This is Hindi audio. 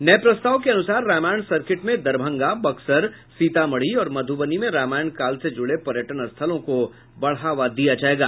नये प्रस्ताव के अनुसार रामायण सर्किट में दरभंगा बक्सर सीतामढ़ी और मधुबनी में रामायण काल से जुड़े पर्यटन स्थलों को बढ़ावा दिया जायेगा